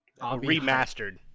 remastered